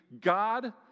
God